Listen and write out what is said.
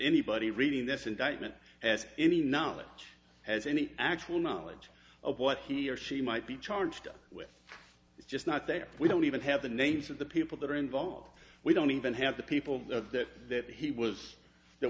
anybody reading this indictment has any knowledge has any actual knowledge of what he or she might be charged with it's just not there we don't even have the names of the people that are involved we don't even have the people there that he was there